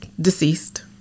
deceased